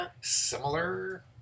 similar